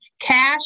cash